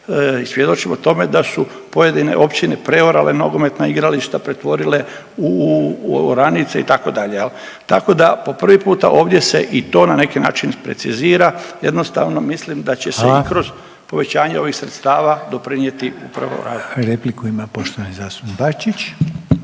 i svjedočimo tome da su pojedine općine preorala nogometna igrališta, pretvorile u oranice, itd. Tako da po prvi puta ovdje se i to na neki način precizira, jednostavno mislim da će se i kroz .../Upadica: Hvala./... povećanje ovih sredstava doprinijeti upravo .../Govornik se ne razumije./...